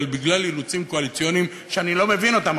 אבל בגלל אילוצים קואליציוניים שאני לא מבין אותם,